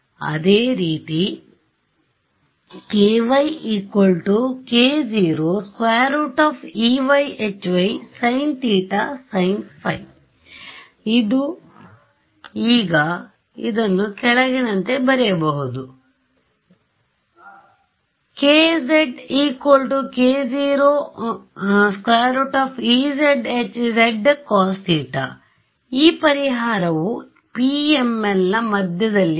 ಅದೇ ರೀತಿ ky k0√ey hy sin θ sin ϕ ಈಗ ಅದನ್ನು ಕೆಳಗಿನಂತೆ ಬರೆಯಬಹುದು kz k0√ez hz cos θ ಈಗ ಈ ಪರಿಹಾರವು PML ನ ಮಧ್ಯದಲ್ಲಿದೆ